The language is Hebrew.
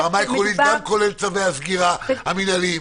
כולל צווי הסגירה המנהליים,